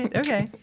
and okay.